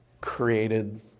created